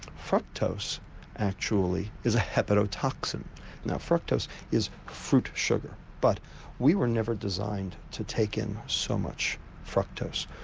fructose actually is a hepato-toxin now fructose is fruit sugar but we were never designed to take in so much fructose.